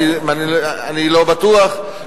אני לא בטוח,